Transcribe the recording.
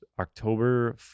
October